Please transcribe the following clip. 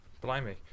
Blimey